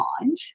mind